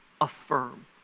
affirm